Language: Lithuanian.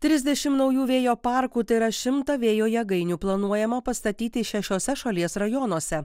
trisdešim naujų vėjo parkų tai yra šimtą vėjo jėgainių planuojama pastatyti šešiuose šalies rajonuose